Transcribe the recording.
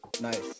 nice